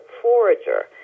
forager